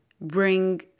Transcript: bring